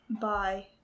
Bye